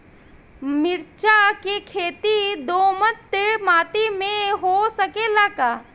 मिर्चा के खेती दोमट माटी में हो सकेला का?